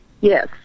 Yes